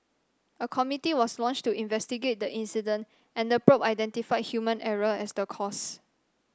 a committee was launched to investigate the incident and the probe identified human error as the cause